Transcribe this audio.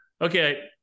Okay